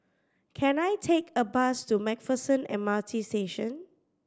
can I take a bus to Macpherson M R T Station